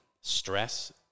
stress